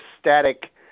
static